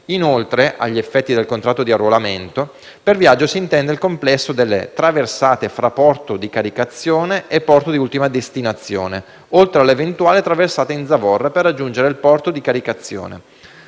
Inoltre: «Agli effetti del contratto di arruolamento, per viaggio si intende il complesso delle traversate fra porto di caricazione e porto di ultima destinazione, oltre all'eventuale traversata in zavorra per raggiungere il porto di caricazione.